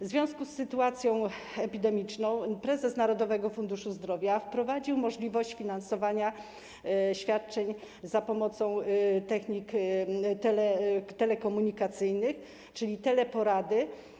W związku z sytuacją epidemiczną prezes Narodowego Funduszu Zdrowia wprowadził możliwość finansowania świadczeń za pomocą technik telekomunikacyjnych, czyli teleporady.